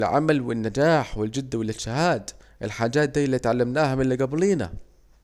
العمل والنجاح والجد والاجتهاد، الحاجات دي الي اتعلمناها من الي جبلينا